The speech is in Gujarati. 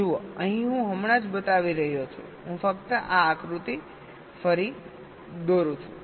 જુઓ અહીં હું હમણાં જ બતાવી રહ્યો છું હું ફક્ત આ આકૃતિ ફરી દોરું છું